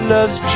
Loves